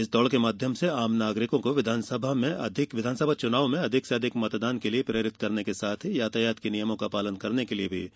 इस दौड़ के माध्यम से आम नागरिकों को विधानसभा चुनाव में अधिक से अधिक मतदान के लिये प्रेरित करने के साथ ही यातायात के नियमों का पालन करने के लिये जागरूक किया गया